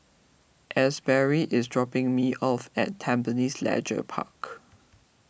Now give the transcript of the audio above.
Asberry is dropping me off at Tampines Leisure Park